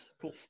Cool